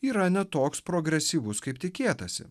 yra ne toks progresyvus kaip tikėtasi